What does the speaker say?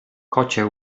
kocie